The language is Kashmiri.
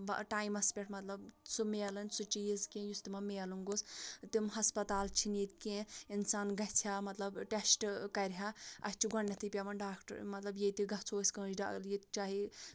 ٹایمَس پٮ۪ٹھ مطلب سُہ میلان سُہ چیٖز کیٚنٛہہ یُس تِمَن میلُن گوٚژھ تِم ہسپَتال چھِ ییٚتہِ کیٚنٛہہ اِنسان گژھ ہا مطلب ٹیسٹہٕ کرِ ہا اَتھ چھُ گۄڈٕنٮ۪تھٕے پٮ۪وان ڈاکٹر مطلب ییٚتہِ گژھو أسۍ کٲنٛسہِ ڈاکٹر چاہے